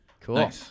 Cool